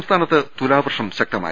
സംസ്ഥാനത്ത് തുലാവർഷം ശക്തമായി